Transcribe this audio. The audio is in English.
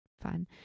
fun